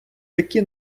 такі